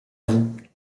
vous